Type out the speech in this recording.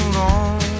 long